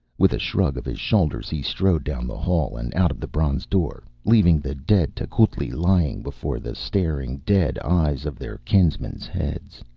with a shrug of his shoulders he strode down the hall and out of the bronze door, leaving the dead tecuhltli lying before the staring dead eyes of their kinsmen's heads.